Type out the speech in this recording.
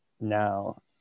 now